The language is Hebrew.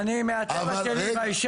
אבל --- אני מהטבע שלי ביישן,